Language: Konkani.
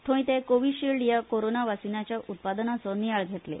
थंय ते कोविशिल्ड ह्या कोरोना वाशिनाच्या उत्पादनाचो नियाळ घेतले